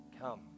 come